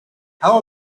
how